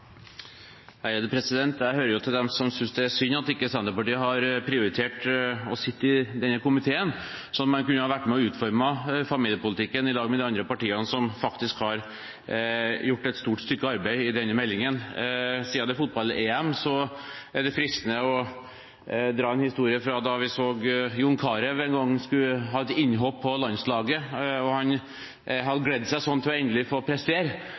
Jeg hører til dem som synes det er synd at ikke Senterpartiet har prioritert å sitte i denne komiteen, så de kunne vært med og utformet familiepolitikken i lag med de andre partiene, som faktisk har gjort et stort stykke arbeid i forbindelse med denne meldingen. Siden det er fotball-EM, er det fristende å dra en historie fra en gang vi så John Carew skulle ha et innhopp på landslaget. Han hadde gledet seg sånn til endelig å få prestere